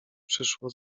przyszło